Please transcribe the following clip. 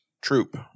troop